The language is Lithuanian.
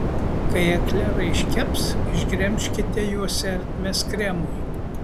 kai eklerai iškeps išgremžkite juose ertmes kremui